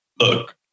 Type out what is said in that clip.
Look